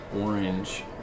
orange